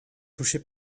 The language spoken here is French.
touchées